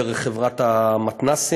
דרך חברת המתנ"סים.